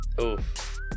Oof